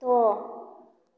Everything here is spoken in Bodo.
द'